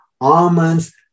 almonds